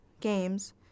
games